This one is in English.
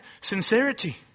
sincerity